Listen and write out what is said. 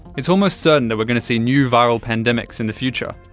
it's almost certain that we're going to see new viral pandemics in the future,